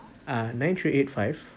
uh nine three eight five